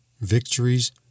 victories